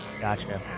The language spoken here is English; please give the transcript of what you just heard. Gotcha